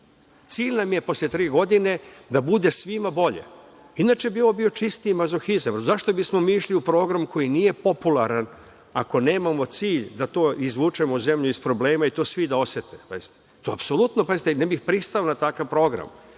Cilj nam je posle tri godine da bude svima bolje, inače bi ovo bio čisti mazohizam. Zašto bismo mi išli u program koji nije popularan, ako nemamo cilj da izvučemo zemlju iz problema i to svi da osete. To apsolutno, pazite, ne bih pristao na takav program.